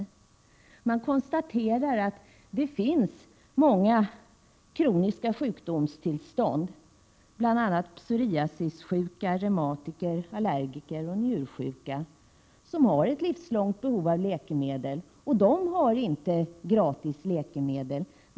Verket konstaterar att det finns många kroniskt sjuka människor — bl.a. psoriasissjuka, reumatiker, allergiker och njursjuka — som har ett livslångt behov av läkemedel, och dessa har inte gratis läkemedel.